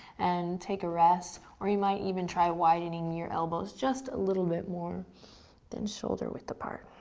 and take a rest, or you might even try widening your elbows just a little bit more than shoulder width apart.